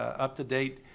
up to date,